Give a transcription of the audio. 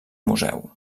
museu